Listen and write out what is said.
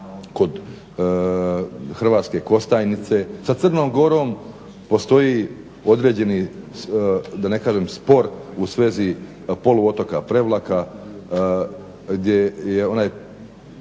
kod Hrvatske Kostajnice, sa Crnom Gorom postoji određeni, da ne kažem spor u svezi poluotoka Prevlaka gdje je onaj